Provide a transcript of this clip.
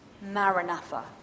Maranatha